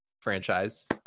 franchise